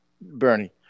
Bernie